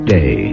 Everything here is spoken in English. Day